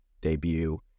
debut